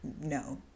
No